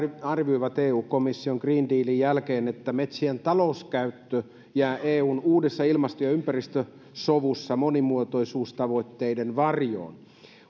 arvioivat eu komission green dealin jälkeen että metsien talouskäyttö jää eun uudessa ilmasto ja ympäristösovussa monimuotoisuustavoitteiden varjoon